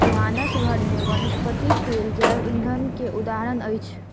भानस घर में वनस्पति तेल जैव ईंधन के उदाहरण अछि